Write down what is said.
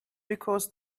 because